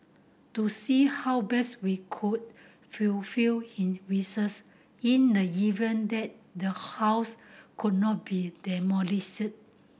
to see how best we could his in the event that the house could not be demolished